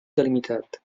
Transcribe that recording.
delimitat